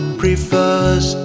prefers